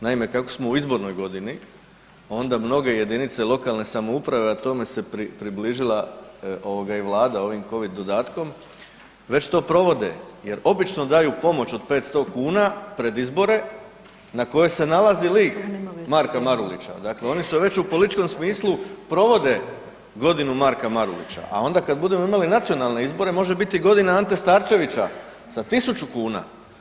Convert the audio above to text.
Naime, kako smo u izbornoj godini, onda mnoge jedinice lokalne samouprave a tome se približila ovim COVID dodatkom, već to provode jer obično daju pomoć od 500 kn pred izbore na koje se nalazi lik Marka Marulića, dakle oni već i u političkom smislu provode „Godinu Marka Marulića“ a onda kad budemo imali nacionalne izbore, može biti i „Godina Ante Starčevića“ sa 1000 kuna.